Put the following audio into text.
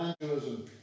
evangelism